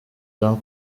jean